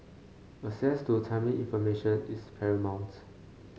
access to timely information is paramount